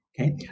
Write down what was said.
okay